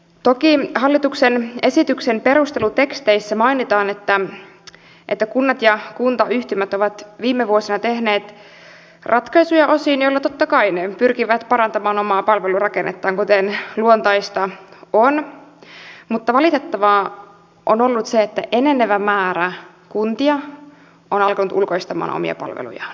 toki hallituksen esityksen perusteluteksteissä mainitaan että kunnat ja kuntayhtymät ovat viime vuosina tehneet osin ratkaisuja joilla ne totta kai pyrkivät parantamaan omaa palvelurakennettaan kuten luontaista on mutta valitettavaa on ollut se että enenevä määrä kuntia on alkanut ulkoistamaan omia palvelujaan